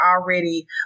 already